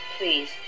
Please